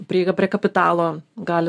prieiga prie kapitalo gali